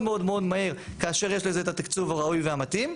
מהר כאשר יש לזה את התקצוב הראוי והמתאים.